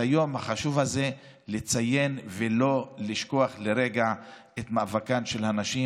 כדי לציין ולא לשכוח לרגע את מאבקן של הנשים,